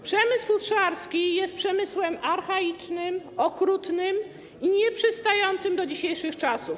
Przemysł futrzarski jest przemysłem archaicznym, okrutnym i nieprzystającym do dzisiejszych czasów.